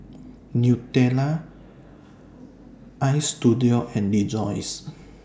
Nutella Istudio and Rejoice